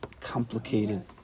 complicated